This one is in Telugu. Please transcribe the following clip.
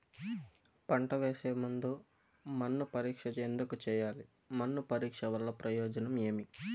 పంట వేసే ముందు మన్ను పరీక్ష ఎందుకు చేయాలి? మన్ను పరీక్ష వల్ల ప్రయోజనం ఏమి?